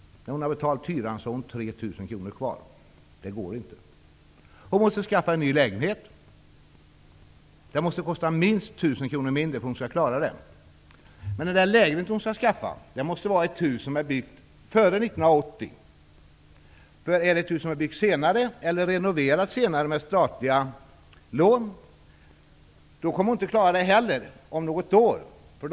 När hon har betalt hyran har hon 3 000 kvar. Det går inte. Hon måste skaffa sig en ny lägenhet. Den måste kosta minst 1 000 mindre för att hon skall klara det hela. Men den lägenhet hon skall skaffa sig måste finnas i ett hus som är byggt före 1980. Är det ett hus som är byggt senare eller renoverat senare med hjälp av statliga lån kommer hon om något år inte att klara situationen.